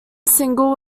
single